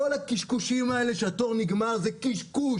כל הקשקושים האלה שהתור נגמר זה קשקוש.